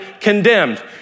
condemned